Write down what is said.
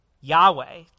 Yahweh